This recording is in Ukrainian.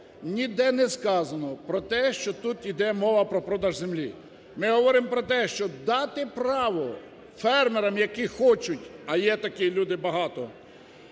ніде не сказано про те, що тут йде мова про продаж землі. Ми говоримо про те, що дати право фермерам, які хочуть, а є такі люди, багато,